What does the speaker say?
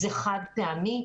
זה חד פעמי.